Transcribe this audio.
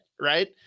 Right